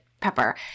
pepper